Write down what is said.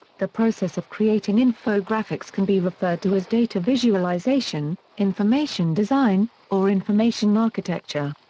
the process of creating infographics can be referred to as data visualization, information design, or information architecture.